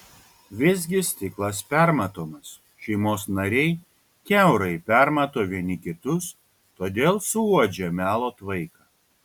visgi stiklas permatomas šeimos nariai kiaurai permato vieni kitus todėl suuodžia melo tvaiką